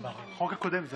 אבל